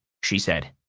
she said.